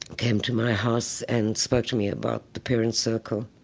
came to my house and spoke to me about the parents circle.